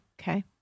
Okay